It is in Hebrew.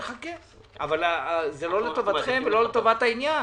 נחכה אבל זה לא לטובתכם ולא לטובת העניין.